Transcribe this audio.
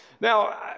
Now